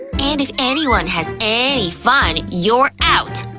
and if anyone has any fun, you're out!